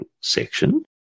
section